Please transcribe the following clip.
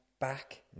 Back